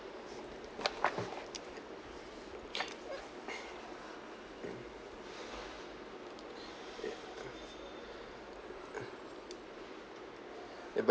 ya but